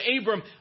Abram